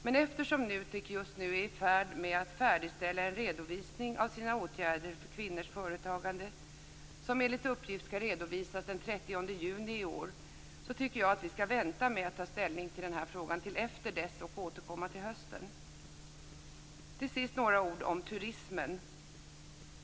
Men eftersom NUTEK är i färd med att färdigställa en redovisning av sina åtgärder för kvinnors företagande, som enligt uppgift skall redovisas den 30 juni i år, tycker jag att vi skall vänta med att ta ställning till denna fråga och återkomma till hösten. Till sist några ord om turismen.